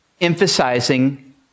emphasizing